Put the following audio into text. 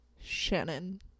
Shannon